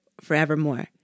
forevermore